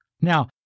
Now